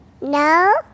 no